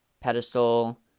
pedestal